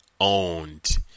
owned